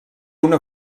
una